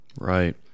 right